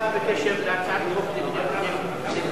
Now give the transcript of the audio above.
בקשר להצעת החוק,